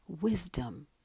wisdom